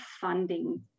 funding